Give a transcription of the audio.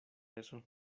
eso